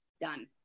done